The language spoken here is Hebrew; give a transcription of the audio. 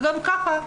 וגם ככה,